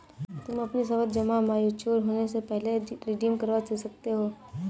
तुम अपनी सावधि जमा मैच्योर होने से पहले भी रिडीम करवा सकते हो